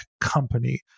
company